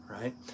right